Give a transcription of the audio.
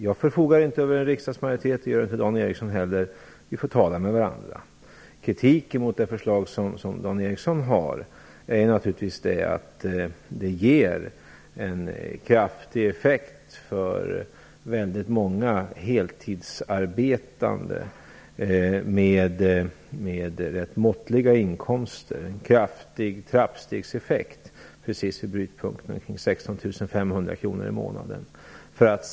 Jag förfogar inte över en riksdagsmajoritet. Det gör inte Dan Ericsson heller. Vi får tala med varandra. Kritiken mot det förslag som Dan Ericsson har riktar sig naturligtvis mot att det innebär en kraftig effekt för många heltidsarbetande med måttliga inkomster. Det är en kraftig trappstegseffekt precis vid brytpunkten kring 16 500 kr i månaden.